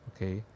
Okay